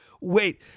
Wait